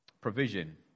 provision